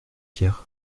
hier